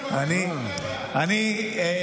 לכן הוא מבקש להצביע בעד.